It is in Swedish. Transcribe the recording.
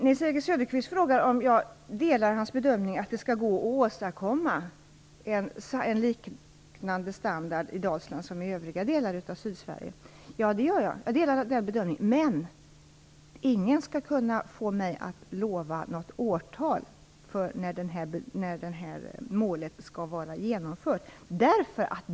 Nils-Erik Söderqvist frågar om jag delar hans bedömning att det skall gå att i Dalsland åstadkomma en standard liknande den som finns i övriga delar av Sydsverige. Ja, jag delar den bedömningen, men ingen skall få mig att utlova något årtal för när det målet skall vara uppnått.